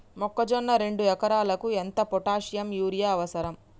మొక్కజొన్న రెండు ఎకరాలకు ఎంత పొటాషియం యూరియా అవసరం?